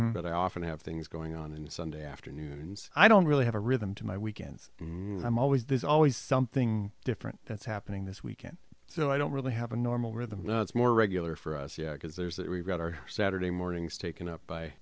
but i often have things going on in the sunday afternoons i don't really have a rhythm to my weekends i'm always there's always something different that's happening this weekend so i don't really have a normal rhythm now it's more regular for us yeah because there's that we've got our saturday mornings taken up by